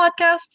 podcasts